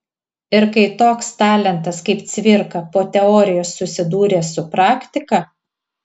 ir kai toks talentas kaip cvirka po teorijos susidūrė su praktika